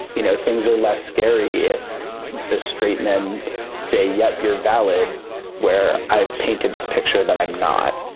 you know, things are less scary if the straight men say yet your valid where i've painted this picture that i'm not